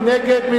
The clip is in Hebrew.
מי נגד?